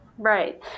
Right